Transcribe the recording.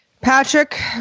Patrick